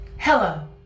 Hello